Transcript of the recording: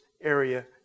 area